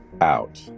out